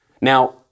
Now